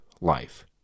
life